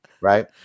right